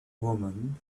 women